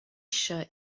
eisiau